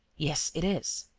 yes, it is.